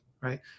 Right